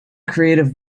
creative